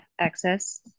access